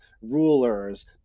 rulers